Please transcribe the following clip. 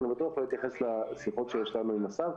אני בטוח לא אתייחס לשיחות שיש לנו עם השר.